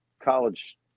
college